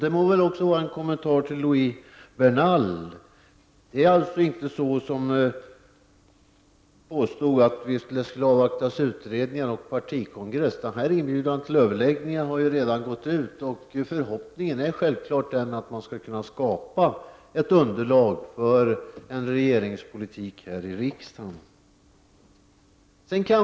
Det må väl även vara en kommentar till Loui Bernal. Det är alltså inte på det sätt som han påstod, nämligen att vi skulle avvakta utredningar och partikongresser. Denna inbjudan till överläggningar har ju redan gått ut, och förhoppningen är självfallet att man skall kunna skapa ett underlag här i riksdagen för en regeringspolitik.